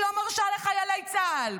היא לא מרשה לחיילי צה"ל,